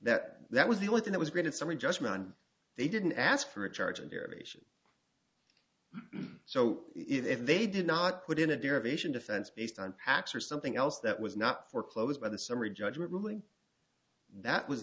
that that was the only thing that was great in summary judgment and they didn't ask for a charge and irrigation so if they did not put in a derivation defense based on x or something else that was not foreclosed by the summary judgment ruling that was